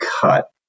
cut